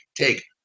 take